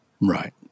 Right